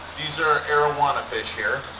these are arowana fish here.